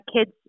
kids